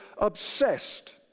Obsessed